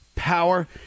power